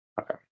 Okay